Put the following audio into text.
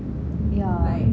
yeah